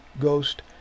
Ghost